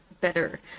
better